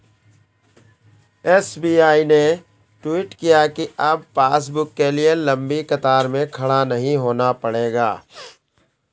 SBI ने tweet किया कि अब पासबुक के लिए लंबी कतार में खड़ा नहीं होना पड़ेगा